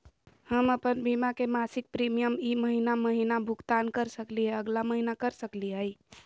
हम अप्पन बीमा के मासिक प्रीमियम ई महीना महिना भुगतान कर सकली हे, अगला महीना कर सकली हई?